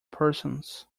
persons